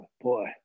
boy